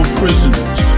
prisoners